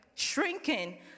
Shrinking